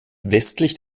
westlich